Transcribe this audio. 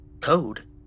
Code